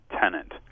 tenant